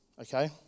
okay